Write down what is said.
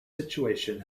situation